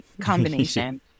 combination